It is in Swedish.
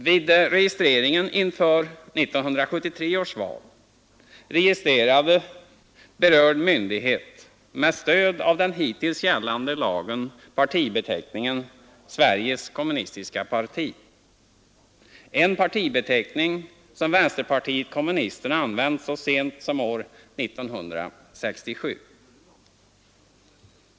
Vid registreringen inför 1973 års val registrerade berörd myndighet med stöd av den hittills gällande lagen partibeteckningen ”Sveriges kommunistiska parti”, en partibeteckning som vänsterpartiet kommunisterna använt så sent som år 1967.